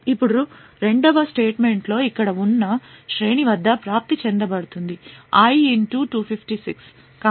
ఇప్పుడు రెండవ స్టేట్మెంట్లో ఇక్కడ ఉన్న శ్రేణివద్ద ప్రాప్తి చేయబడుతుంది i 256